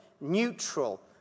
neutral